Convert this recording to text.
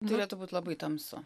turėtų būt labai tamsu